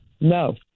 no